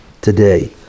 today